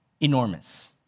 enormous